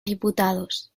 diputados